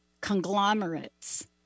conglomerates